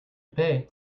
pay